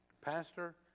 Pastor